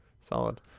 solid